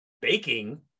baking